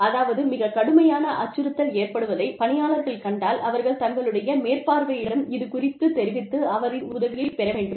அதாவது மிகக் கடுமையான அச்சுறுத்தல் ஏற்படுவதை பணியாளர்கள் கண்டால் அவர்கள் தங்களுடைய மேற்பார்வையாளரிடம் இது குறித்து தெரிவித்து அவரின் உதவியைப் பெற வேண்டும்